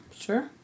Sure